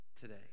today